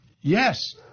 yes